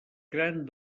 gran